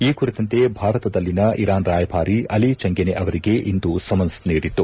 ಈ ಕುರಿತಂತೆ ಭಾರತದಲ್ಲಿನ ಇರಾನ್ ರಾಯಭಾರಿ ಅಲಿ ಚೆಂಗೆನೆ ಅವರಿಗೆ ಇಂದು ಸಮನ್ಸ್ ನೀಡಿತ್ತು